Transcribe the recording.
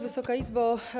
Wysoka Izbo!